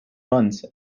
buns